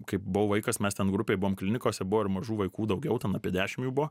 kai buvau vaikas mes ten grupėj buvom klinikose buvo ir mažų vaikų daugiau ten apie dešim jų buvo